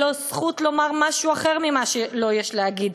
לו זכות לומר משהו אחר ממה שלו יש להגיד,